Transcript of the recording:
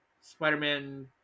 Spider-Man